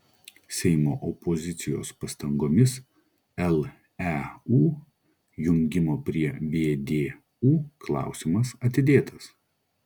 seimo opozicijos pastangomis leu jungimo prie vdu klausimas atidėtas